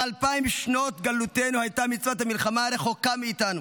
באלפיים שנות גלותנו הייתה מצוות המלחמה רחוקה מאיתנו.